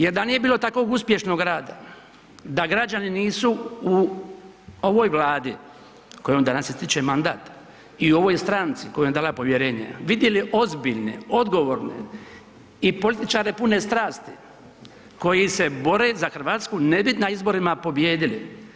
Jer da nije bilo takvog uspješnog rada, da građani nisu u ovoj Vladi kojoj danas ističe mandat i ovoj stranci koja je dala povjerenje vidjeli ozbiljne, odgovorne i političare pune strasti koji se bore za Hrvatsku … na izborima pobijedili.